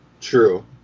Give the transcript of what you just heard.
true